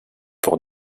pour